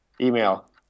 Email